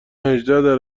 هجده